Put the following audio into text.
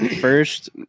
first